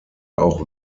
auch